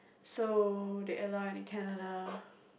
so they allow in Canada